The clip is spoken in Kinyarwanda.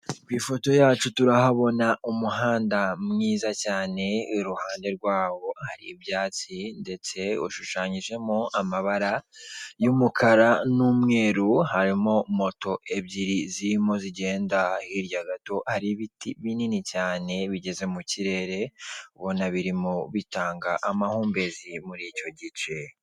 Ku ifoto yacu turahabona umuhanda mwiza cyane, iruhande rwawo hari ibyatsi ndetse ushushanyijemo amabara y'umukara n'umweru, harimo moto ebyiri zirimo zigenda, hirya gato hari ibiti binini cyane bigeze mu kirere, ubona birimo bitanga amahumbezi muri icyo gice.